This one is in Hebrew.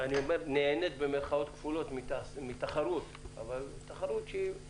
התעשייה הישראלית נהנית במירכאות כפולות מתחרות שבמובנים